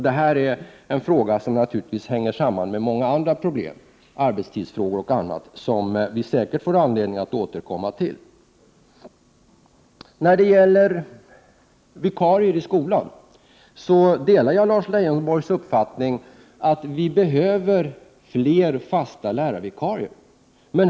Det här är dock en fråga som naturligtvis hänger samman med många andra problem, t.ex. arbetstidsfrågor, och som vi säkert får anledning att återkomma till. När det gäller vikarier i skolan delar jag Lars Leijonborgs uppfattning att vi behöver fler fasta lärarvikarier.